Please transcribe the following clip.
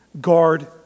guard